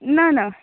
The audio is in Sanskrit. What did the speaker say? न न